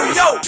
yo